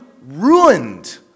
ruined